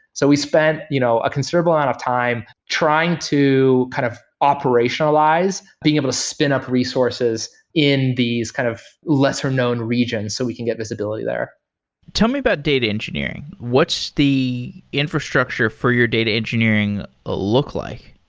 so we spent you know a considerable amount of time trying to kind of operationalize, being able to spin up resources in these kind of lesser-known regions, so we can get this ability there tell me about data engineering. what's the infrastructure for your data engineering look like?